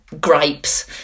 gripes